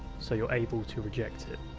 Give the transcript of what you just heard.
so you're able to reject it.